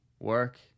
work